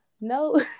no